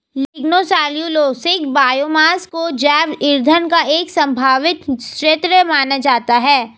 lignocellulosic biomass को जैव ईंधन का एक संभावित स्रोत माना जाता है